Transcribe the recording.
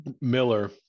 Miller